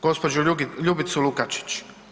Gospođu Ljubicu Lukačić.